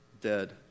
dead